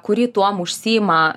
kuri tuo užsiima